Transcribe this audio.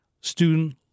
student